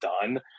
done